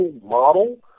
model